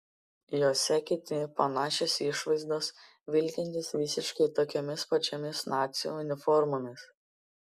jose kiti panašios išvaizdos vilkintys visiškai tokiomis pačiomis nacių uniformomis